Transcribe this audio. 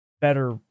better